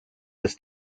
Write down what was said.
this